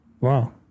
Wow